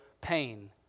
pain